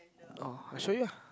oh I show you ah